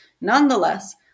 Nonetheless